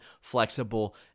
flexible